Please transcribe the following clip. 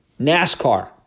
NASCAR